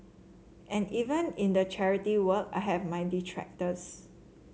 and even in the charity work I have my detractors